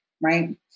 right